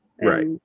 Right